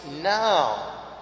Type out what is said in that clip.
now